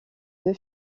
deux